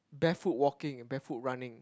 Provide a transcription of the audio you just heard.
barefoot walking barefoot running